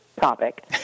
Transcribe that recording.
topic